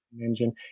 engine